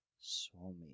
Swami